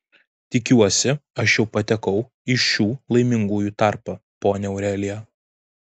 tikiuosi aš jau patekau į šių laimingųjų tarpą ponia aurelija